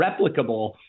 replicable